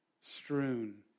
strewn